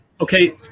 Okay